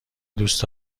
دوست